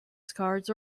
cards